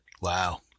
Wow